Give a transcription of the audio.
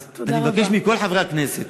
אז אני מבקש מכל חברי הכנסת